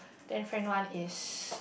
then friend one is